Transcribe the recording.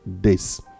days